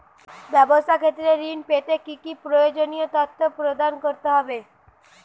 ব্যাবসা ক্ষেত্রে ঋণ পেতে কি কি প্রয়োজনীয় তথ্য প্রদান করতে হবে?